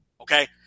Okay